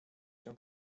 się